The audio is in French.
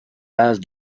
base